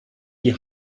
die